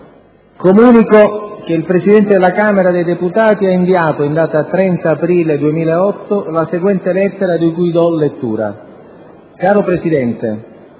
Comunico che il Presidente della Camera dei deputati ha inviato, in data 30 aprile 2008, la seguente lettera di cui do lettura: «Caro Presidente,